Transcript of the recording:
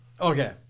Okay